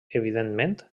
evidentment